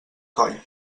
coll